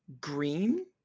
green